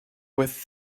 with